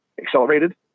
accelerated